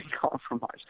compromised